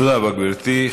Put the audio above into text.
תודה רבה, גברתי.